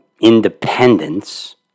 independence